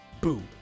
Boo